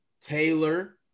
Taylor